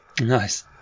Nice